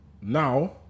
Now